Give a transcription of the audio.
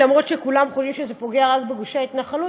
אף שכולם חושבים שזה פוגע רק בגושי ההתנחלות,